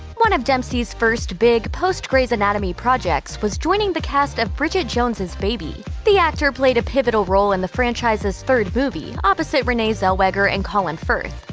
one of dempsey's first big, post-grey's anatomy projects was joining the cast of bridget jones's baby. the actor played a pivotal role in the franchise's third movie, opposite renee renee zellweger and colin firth.